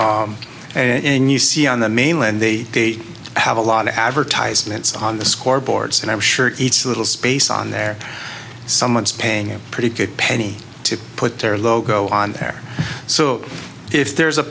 so and you see on the mainland they have a lot of advertisements on the scoreboard and i'm sure it's a little space on there someone's paying a pretty good penny to put their logo on there so if there's a